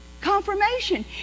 Confirmation